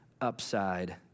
upside